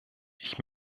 ich